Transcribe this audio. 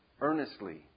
earnestly